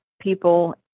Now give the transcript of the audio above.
people